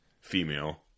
female